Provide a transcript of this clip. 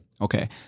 okay